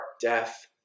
death